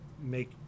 make